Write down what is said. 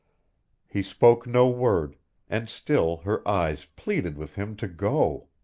he spoke no word and still her eyes pleaded with him to go.